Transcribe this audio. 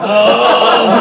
oh